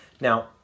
Now